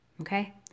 Okay